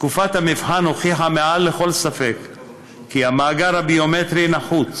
תקופת המבחן הוכיחה מעל לכל ספק כי המאגר הביומטרי נחוץ